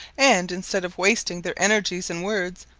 and instead of wasting their energies in words,